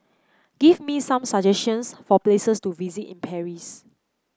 give me some suggestions for places to visit in Paris